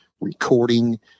recording